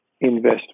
invest